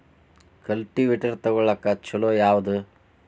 Cultivator ತೊಗೊಳಕ್ಕ ಛಲೋ ಯಾವದ?